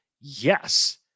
Yes